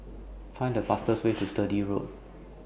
Find The fastest Way to Sturdee Road